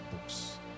books